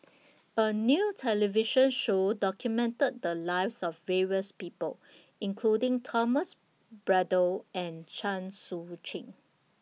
A New television Show documented The Lives of various People including Thomas Braddell and Chen Sucheng